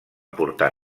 portar